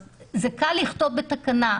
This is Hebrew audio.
אז קל לכתוב בתקנה.